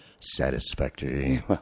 Satisfactory